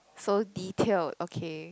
so detail okay